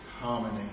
harmony